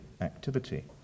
activity